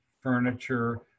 furniture